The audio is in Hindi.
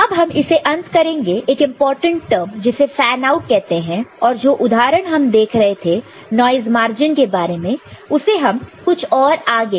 अब हम इसे अंत करेंगे एक इंपॉर्टेंट टर्म जिसे फैन आउट कहते हैं और जो उदाहरण हम देख रहे थे नॉइस मार्जिन के बारे में उसे हम कुछ और आगे ले जाएंगे